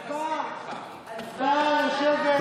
אני מסכים איתך.